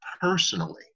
personally